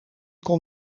kon